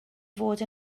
fod